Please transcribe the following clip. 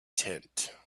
tent